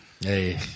Hey